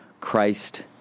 Christ